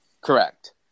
Correct